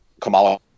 Kamala